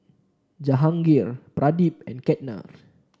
Jahangir Pradip and Ketna